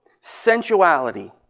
sensuality